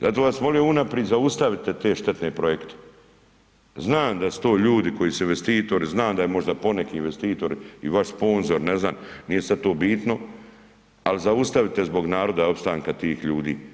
Zato vas molim unaprijed zaustavite te štetne projekte, znam da su to ljudi koji su investitori, znam da je možda poneki investitor i vaš sponzor, ne znam nije sad to bitno, al zaustavite zbog naroda i opstanka tih ljudi.